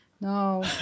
no